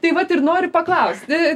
tai vat ir noriu paklausti